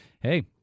hey